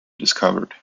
discovered